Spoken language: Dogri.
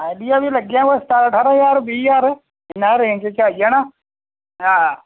आइडिया बी लग्गी जाना कोई सतारां ठारां ज्हार बीह् ज्हार इन्नी हारी रेंज़ च आई जाना आ